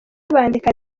bandika